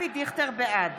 בעד